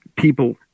People